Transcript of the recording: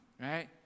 right